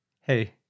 hey